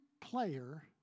player